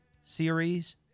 Series